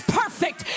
perfect